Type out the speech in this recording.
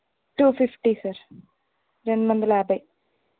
two fifty sir రెండు వందల యాభై